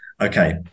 Okay